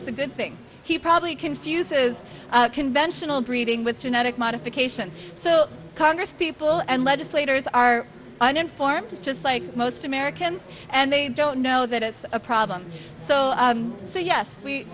it's a good thing he probably confuses conventional breeding with genetic modification so congresspeople and legislators are uninformed just like most americans and they i don't know that it's a problem so i say yes we